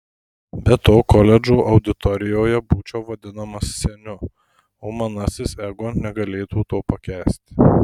be to koledžo auditorijoje būčiau vadinamas seniu o manasis ego negalėtų to pakęsti